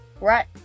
Right